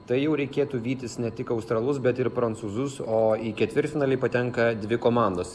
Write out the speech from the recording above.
tai jau reikėtų vytis ne tik australus bet ir prancūzus o į ketvirtfinalį patenka dvi komandos